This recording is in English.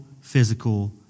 physical